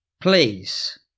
Please